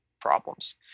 problems